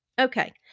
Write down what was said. okay